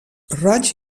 roig